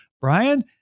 Brian